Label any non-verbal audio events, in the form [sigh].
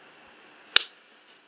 [noise]